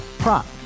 prop